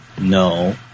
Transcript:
no